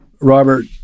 Robert